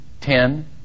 ten